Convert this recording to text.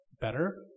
better